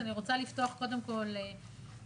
אז אני רוצה לפתוח קודם כול בדיון.